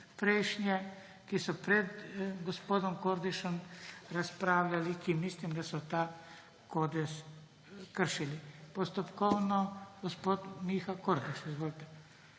prejšnje, ki so pred gospodom Kordišem razpravljali, za katere mislim, da so ta kodeks kršili. Postopkovno, gospod Miha Kordiš. Izvolite.